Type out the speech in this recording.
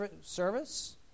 service